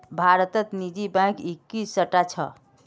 भारतत निजी बैंक इक्कीसटा छ